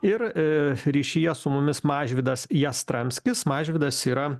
ir ryšyje su mumis mažvydas jastramskis mažvydas yra